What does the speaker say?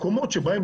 מקומות שבהם,